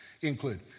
include